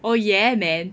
oh ya man